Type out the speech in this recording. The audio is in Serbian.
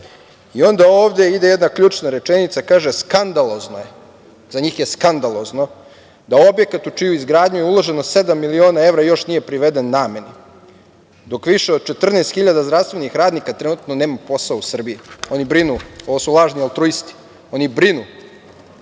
I onda ovde ide jedna ključna rečenica, kaže – skandalozno je. Za njih je skandalozno da objekat u čiju izgradnju je uloženo sedam miliona evra još nije priveden nameni, dok više od 14.000 zdravstvenih radnika trenutno nema posao u Srbiji. Oni brinu, ovo su lažni altruisti. Oni brinu